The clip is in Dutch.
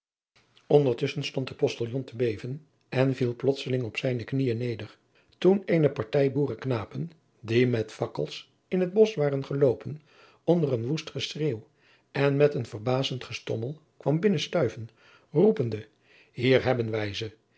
ndertusschen stond de ostiljon te beven en viel plotseling op zijne knieën neder toen eene partij boerenknapen die met fakkels in het bosch waren geloopen onder een woest geschreeuw en met een verbazend gestommel kwam binnenstuiven roepende ier hebben wij